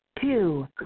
two